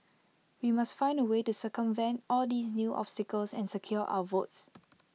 we must find A way to circumvent all these new obstacles and secure our votes